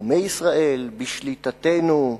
בתחומי ישראל, בשליטתנו,